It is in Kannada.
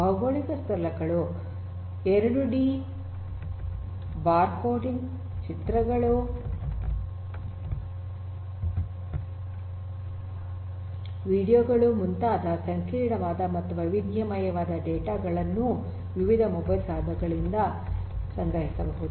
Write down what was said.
ಭೌಗೋಳಿಕ ಸ್ಥಳಗಳು ೨ಡಿ ಬಾರ್ ಕೋಡಿಂಗ್ ಚಿತ್ರಗಳು ವಿಡಿಯೋ ಗಳು ಮುಂತಾದ ಸಂಕೀರ್ಣವಾದ ಮತ್ತು ವೈವಿಧ್ಯಮಯವಾದ ಡೇಟಾ ಗಳನ್ನೂ ವಿವಿಧ ಮೊಬೈಲ್ ಸಾಧನಗಳಿಂದ ಸಂಗ್ರಹಿಸಬಹುದು